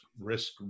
risk